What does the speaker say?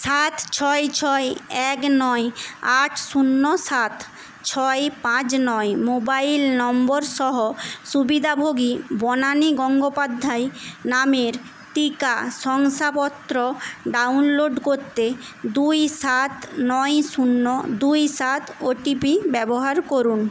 সাত ছয় ছয় এক নয় আট শূন্য সাত ছয় পাঁচ নয় মোবাইল নম্বর সহ সুবিধাভোগী বনানী গঙ্গোপাধ্যায় নামের টিকা শংসাপত্র ডাউনলোড করতে দুই সাত নয় শূন্য দুই সাত ও টি পি ব্যবহার করুন